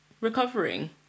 Recovering